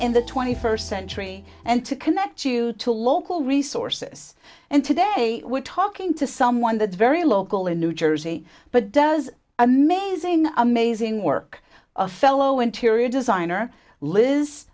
in the twenty first century and to connect you to local resources and today we're talking to someone that is very local in new jersey but does amazing amazing work a fellow interior designer liz